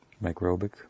microbic